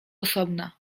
osobna